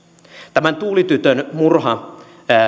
tuuli tytön murha